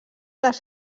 les